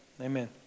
amen